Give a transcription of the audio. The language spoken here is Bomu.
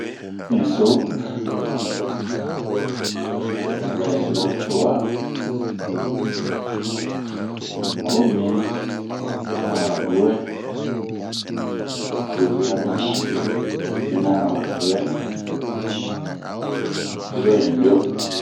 Tinh so, eehh mɛ yenu Cowa, un ma'o mi a wa miwɛ. A wewia mina ,ehh un mina awa miwɛ hiro hinbio.